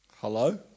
Hello